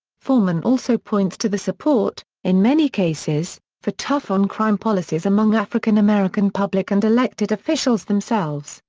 forman also points to the support, in many cases, for tough-on-crime policies among african-american public and elected officials themselves,